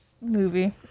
movie